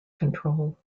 control